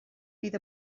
fydd